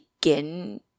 begin